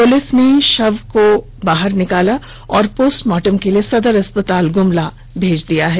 police ने शव को बाहर निकाला और पोस्टमार्टम के लिए सदर अस्पताल गुमला भेज दिया है